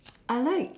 I like